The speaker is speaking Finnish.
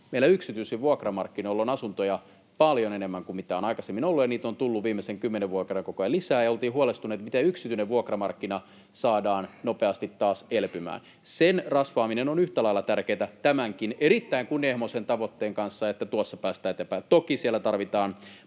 meillä yksityisillä vuokramarkkinoilla on asuntoja paljon enemmän kuin mitä on aikaisemmin ollut ja niitä on tullut viimeisen kymmenen vuoden aikana koko ajan lisää, ja oltiin huolestuneita, miten yksityinen vuokramarkkina saadaan nopeasti taas elpymään. Sen rasvaaminen on yhtä lailla tärkeätä tämänkin erittäin kunnianhimoisen tavoitteen kanssa, että tuossa päästään eteenpäin. Toki siellä tarvitaan